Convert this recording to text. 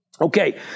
Okay